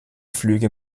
flüge